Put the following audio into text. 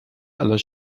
aller